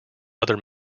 other